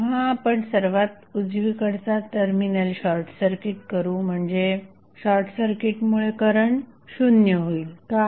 जेव्हा आपण सर्वात उजवीकडचा टर्मिनल शॉर्टसर्किट करू म्हणजे शॉर्टसर्किटमुळे करंट शून्य होईल का